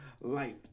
life